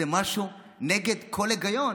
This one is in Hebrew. זה משהו נגד כל היגיון.